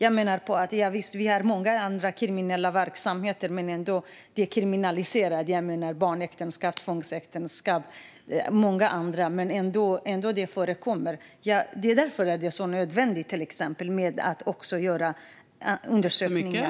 Jag menar att vi har många andra kriminella verksamheter som är kriminaliserade, till exempel barnäktenskap och tvångsäktenskap, men de förekommer ändå. Det är därför det är nödvändigt att göra undersökningar.